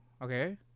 Okay